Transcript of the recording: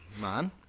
man